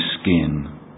skin